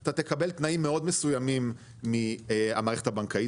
אתה תקבל תנאים מאוד מסוימים מהמערכת הבנקאית